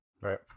Right